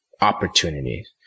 opportunities